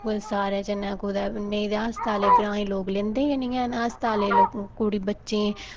ब सारे जनें कुतै नेईं ते अस्पतालें च ग्राईं लोक लेंदे गै नेईं हैन अस्पतालें लोक कुड़़ी बच्चें गी